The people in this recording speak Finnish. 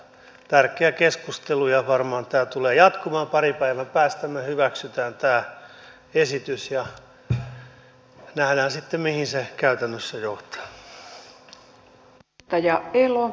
tärkeä keskustelu ja varmaan tämä tulee jatkumaan parin päivän päästä me hyväksymme tämän esityksen ja nähdään sitten mihin se käytännössä johtaa